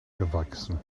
gewachsen